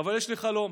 אבל יש לי חלום.